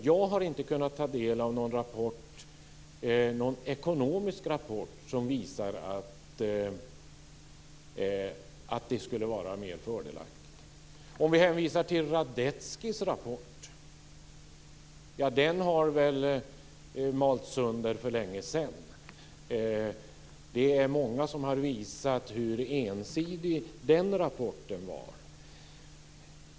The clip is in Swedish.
Jag har inte kunnat ta del av någon ekonomisk rapport som visar att det skulle vara mer fördelaktigt. Om vi hänvisar till Radetzkys rapport är det väl så att den har malts sönder för länge sedan. Det är många som har visat hur ensidig den rapporten var.